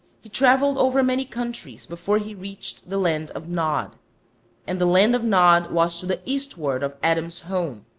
he travelled over many countries before he reached the land of nod and the land of nod was to the eastward of adam's home.